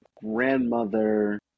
grandmother